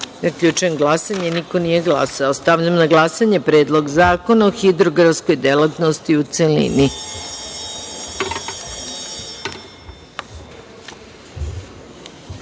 23.Zaključujem glasanje: niko nije glasao. Stavljam na glasanje Predlog zakona o hidrografskoj delatnosti, u